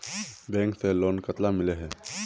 Bank से loan कतला मिलोहो?